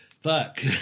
fuck